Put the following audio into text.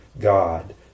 god